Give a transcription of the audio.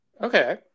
Okay